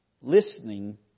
Listening